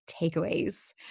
takeaways